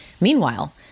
Meanwhile